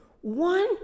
one